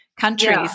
countries